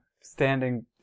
standing